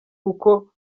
kuko